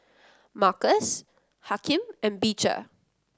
Markus Hakim and Beecher